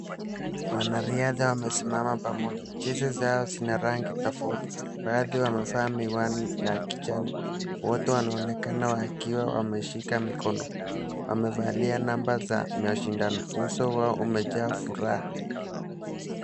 Wanariadha wamesimama pamoja, jezi zao zina rangi tofauti. Baadhi yao wamevaa miwani ya kujani. Wote wanaonekana wakiwa wameshika mikono. Wamevalia namba za mashindano. Uso wao umejaa furaha.